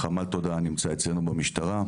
חמ"ל תודעה נמצא אצלנו במשטרה.